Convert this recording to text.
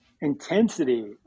intensity